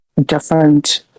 different